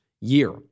year